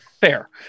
fair